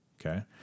Okay